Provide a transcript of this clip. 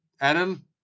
Adam